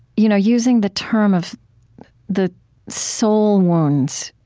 you know using the term of the soul wounds,